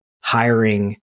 hiring